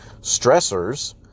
stressors